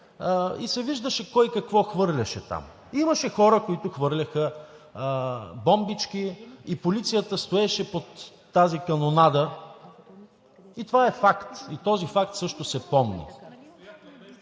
и се виждаше кой какво хвърляше там. Имаше хора, които хвърляха бомбички, и полицията стоеше под тази канонада. Това е факт и този факт също се помни.